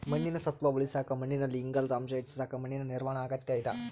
ಮಣ್ಣಿನ ಸತ್ವ ಉಳಸಾಕ ಮಣ್ಣಿನಲ್ಲಿ ಇಂಗಾಲದ ಅಂಶ ಹೆಚ್ಚಿಸಕ ಮಣ್ಣಿನ ನಿರ್ವಹಣಾ ಅಗತ್ಯ ಇದ